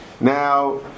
Now